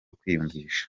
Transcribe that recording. kwiyumvisha